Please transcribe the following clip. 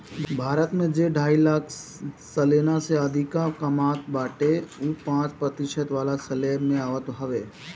भारत में जे ढाई लाख सलीना से अधिका कामत बाटे उ पांच प्रतिशत वाला स्लेब में आवत हवे